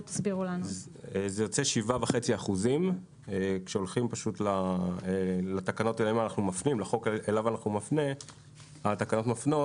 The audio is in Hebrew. זה יוצא 7.5%. כשהולכים לחוק שאליו התקנות מפנות,